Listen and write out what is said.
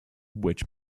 which